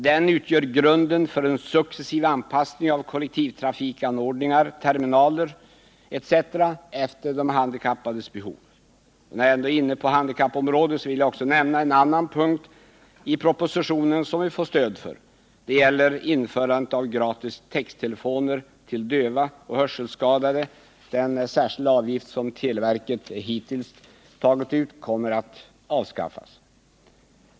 Den utgör grunden för en successiv anpassning av kollektivtrafikanordningar, terminaler etc. efter de handikappades behov. När jag är inne på handikappområdet vill jag också nämna en annan punkt i propositionen som vi får stöd för. Det gäller införandet av gratis texttelefoner till döva och hörselskadade. Den särskilda avgift som televerket hittills tagit ut kommer att avskaffas.